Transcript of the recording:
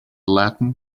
latin